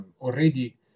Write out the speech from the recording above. already